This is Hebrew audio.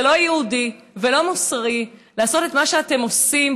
זה לא יהודי ולא מוסרי לעשות את מה שאתם עושים,